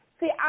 See